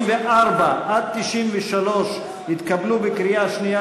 84 93 התקבלו בקריאה שנייה,